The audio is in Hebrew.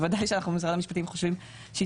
בוודאי שאנחנו במשרד המשפטים חושבים שהיא